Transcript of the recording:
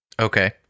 Okay